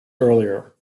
earlier